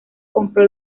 compró